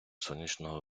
сонячного